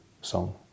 song